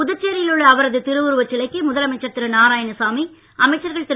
புதுச்சேரியிலுள்ள அவரது திருவுருவச் சிலைக்கு முதலமைச்சர் திரு நாராயணசாமி அமைச்சர்கள் திரு